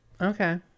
Okay